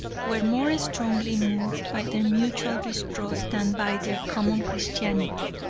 were more strongly moved by their mutual distrust than by their common christianity.